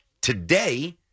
Today